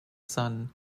son